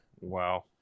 Wow